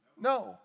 No